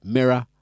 Mirror